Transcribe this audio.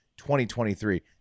2023